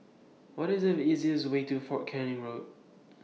What IS The easiest Way to Fort Canning Road